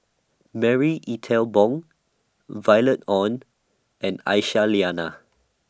Marie Ethel Bong Violet Oon and Aisyah Lyana